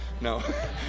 No